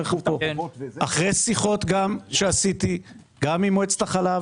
עשיתי שיחות גם עם מועצת החלב,